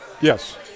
Yes